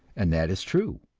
and that is true.